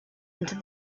into